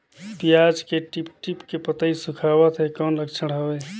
पियाज के टीप टीप के पतई सुखात हे कौन लक्षण हवे?